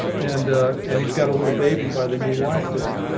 and and he's got a little baby by the new wife there.